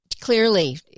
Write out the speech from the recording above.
clearly